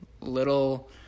little